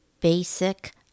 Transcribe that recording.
basic